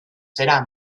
serà